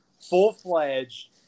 full-fledged